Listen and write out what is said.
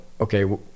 okay